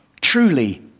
Truly